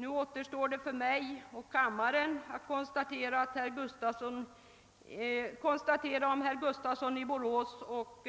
Nu återstår det bara för mig och kammaren att konstatera, om herr Gustafsson i Borås och